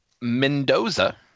Mendoza